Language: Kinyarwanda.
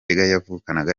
yegukana